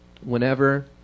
whenever